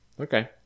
Okay